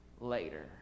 later